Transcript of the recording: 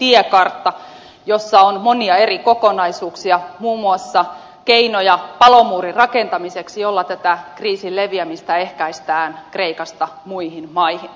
luotiin tiekartta jossa on monia eri kokonaisuuksia muun muassa keinoja palomuurin rakentamiseksi jolla ehkäistään tätä kriisin leviämistä kreikasta muihin maihin